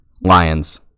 Lions